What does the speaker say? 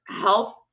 help